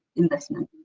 investment.